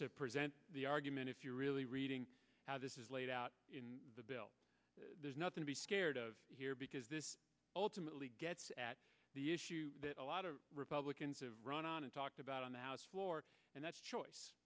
to present the argument if you really reading how this is laid out in the bill there's nothing to be scared of here because this ultimately gets at the issue that a lot of republicans have run on and talked about on the house floor and that's choice